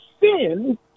sin